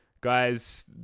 Guys